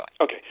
Okay